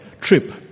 trip